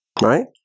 Right